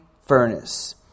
furnace